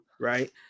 right